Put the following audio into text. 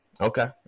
Okay